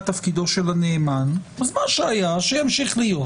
תפקידו של הנאמן אז מה שהיה ימשיך להיות.